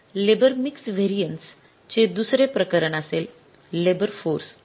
labour mix variances चे दुसरे प्रकरण असेल लेबर फोर्स